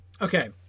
okay